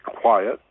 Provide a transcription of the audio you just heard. quiet